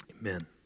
Amen